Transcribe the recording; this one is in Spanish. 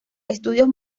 estudios